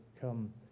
come